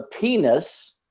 penis